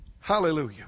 Hallelujah